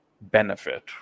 benefit